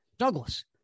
Douglas